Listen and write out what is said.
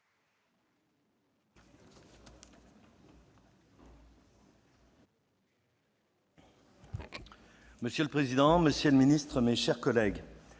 Monsieur le président, monsieur le ministre, mes chers collègues,